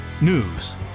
News